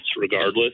regardless